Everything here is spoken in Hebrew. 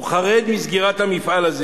הוא חרד מסגירת המפעל הזה